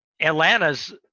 Atlanta's